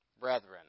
Brethren